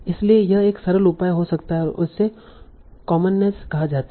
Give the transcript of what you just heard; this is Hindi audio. इसलिए यह एक सरल उपाय हो सकता है और इसे कॉमननेस कहा जाता है